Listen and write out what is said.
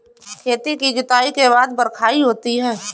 खेती की जुताई के बाद बख्राई होती हैं?